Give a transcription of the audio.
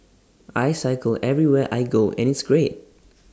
I cycle everywhere I go and it's great